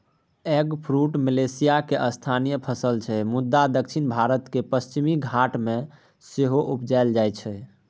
eggfruit मलेशियाक स्थानीय फसल छै मुदा दक्षिण भारतक पश्चिमी घाट मे सेहो उपजाएल जाइ छै